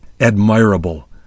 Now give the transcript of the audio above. admirable